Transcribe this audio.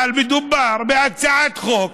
אבל מדובר בהצעת חוק